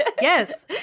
Yes